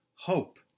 Hope